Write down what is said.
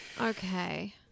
Okay